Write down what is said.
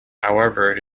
however